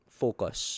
focus